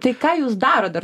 tai ką jūs darot dar